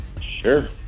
Sure